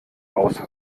aus